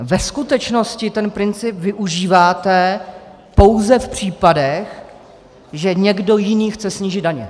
Ve skutečnosti ten princip využíváte pouze v případech, že někdo jiný chce snížit daně.